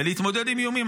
בלהתמודד עם איומים.